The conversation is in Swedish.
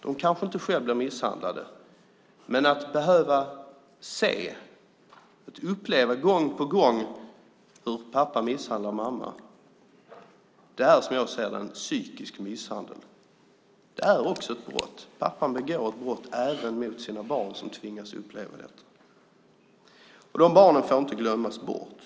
De kanske inte själva blir misshandlade, men att gång på gång behöva se och uppleva hur pappa misshandlar mamma är som jag ser det en psykisk misshandel. Det är också ett brott; pappan begår ett brott även mot sina barn som tvingas uppleva detta. Dessa barn får inte glömmas bort.